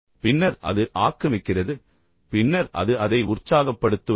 பின்னர் அது ஆக்கிரமிக்கிறது பின்னர் அது அதை உற்சாகப்படுத்துவதில்லை